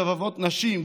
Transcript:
רבבות נשים,